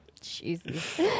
Jesus